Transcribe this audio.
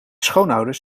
schoonouders